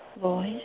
voice